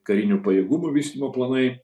karinių pajėgumų vystymo planai